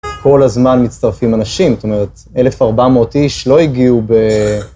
כל הזמן מצטרפים אנשים, זאת אומרת, 1,400 איש לא הגיעו ב...